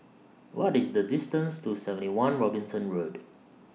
What IS The distance to seventy one Robinson Road